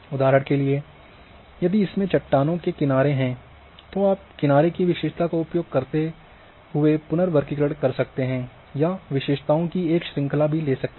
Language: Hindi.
उदाहरण के लिए यदि इसमें चट्टानों के किनारे है तो आप किनारे की विशेषता का उपयोग करके पुनर्वर्गीकरण कर सकते हैं या विशेषताओं की एक श्रृंखला भी ले सकते है